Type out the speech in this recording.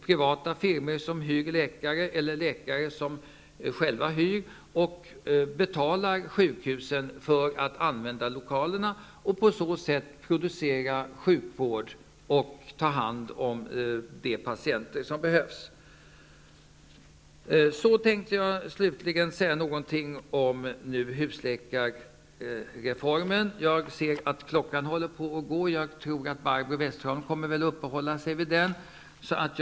Privata firmor skulle kunna hyra läkare, eller läkare kunde själva hyra utrymmen och betala sjukhusen för att använda lokalerna. På så sätt skulle man kunna producera sjukvård och ta hand om patienter. Slutligen tänkte jag säga något om husläkarreformen. Min tid är snart ute och jag tror att Barbro Westerholm kommer att uppehålla sig vid detta.